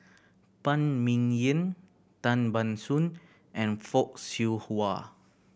Phan Ming Yen Tan Ban Soon and Fock Siew Wah